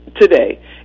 today